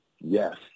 Yes